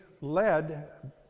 led